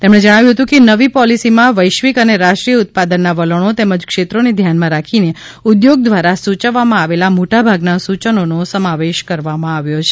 તેમણે જણાવ્યું હતું કે નવી પોલિસીમાં વૈશ્વિક અને રાષ્ટ્રીય ઉત્પાદનના વલણો તેમજ ક્ષેત્રોને ધ્યાનમાં રાખીને ઉદ્યોગો દ્વારા સૂચવવામાં આવેલા મોટાભાગના સૂચનોના સમાવેશ કરવામાં આવ્યો છે